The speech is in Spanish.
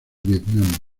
vietnam